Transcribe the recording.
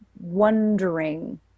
wondering